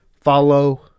follow